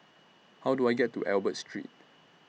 How Do I get to Albert Street